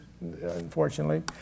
unfortunately